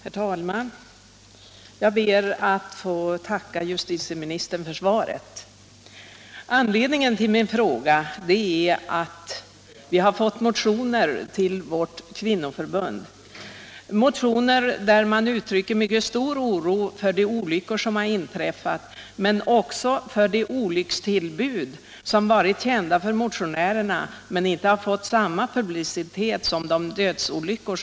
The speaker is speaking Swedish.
Herr talman! Jag ber att få tacka justitieministern för svaret. Anledningen till min fråga är att vårt kvinnoförbund har fått motioner, där det uttrycks mycket stor oro för de olyckor som har inträffat liksom också för de olyckstillbud som motionärerna känner till men som inte fått samma publicitet som dödsolyckorna.